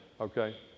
okay